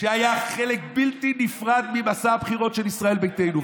שהיה חלק בלתי נפרד ממסע הבחירות של ישראל ביתנו,